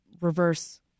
reverse